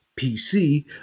PC